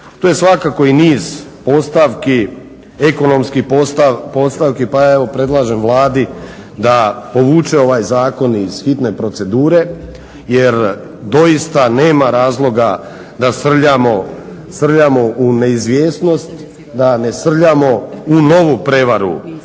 Tu je svakako i niz postavki, ekonomskih postavki pa ja evo predlažem Vladi povuče ovaj zakon iz hitne procedure jer doista nema razloga da srljamo u neizvjesnost, da ne srljamo u novu prevaru